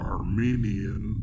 Armenian